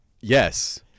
Yes